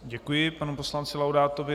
Děkuji panu poslanci Laudátovi.